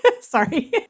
Sorry